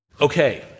Okay